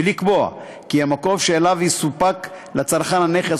ולקבוע כי המקום שאליו יסופק לצרכן הנכס